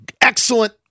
excellent